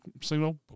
signal